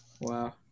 Wow